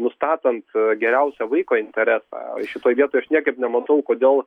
nustatant geriausią vaiko interesą šitoj vietoj aš niekaip nematau kodėl